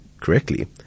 correctly